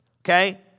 Okay